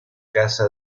casa